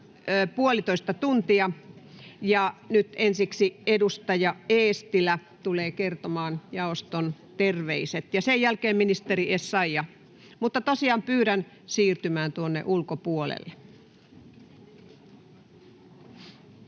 puolitoista tuntia. — Nyt ensiksi edustaja Eestilä tulee kertomaan jaoston terveiset, ja sen jälkeen ministeri Essayah. — Pyydän siirtymään tuonne ulkopuolelle. [Speech